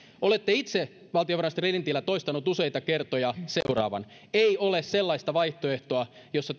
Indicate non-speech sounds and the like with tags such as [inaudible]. olette itse valtiovarainministeri lintilä toistanut useita kertoja seuraavan ei ole sellaista vaihtoehtoa jossa [unintelligible]